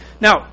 Now